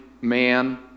man